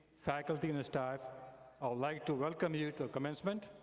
faculty and staff, i'd like to welcome you to commencement,